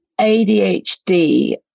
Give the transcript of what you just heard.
ADHD